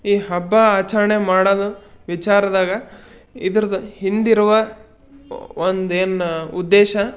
ಈ ಹಬ್ಬ ಆಚರಣೆ ಮಾಡೋದು ವಿಚಾರದಾಗ ಇದ್ರದ್ದು ಹಿಂದಿರುವ ಒಂದು ಏನು ಉದ್ದೇಶ